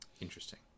Interesting